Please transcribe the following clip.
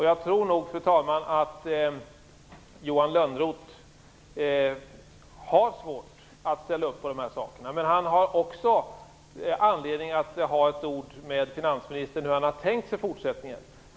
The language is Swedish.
Jag tror nog, fru talman, att Johan Lönnroth har svårt att ställa upp på detta, men han har också anledning att byta några ord med finansministern om hur han har tänkt sig fortsättningen.